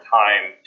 time